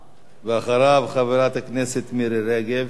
ואחריו, חברת הכנסת מירי רגב,